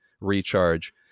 recharge